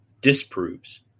disproves